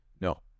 No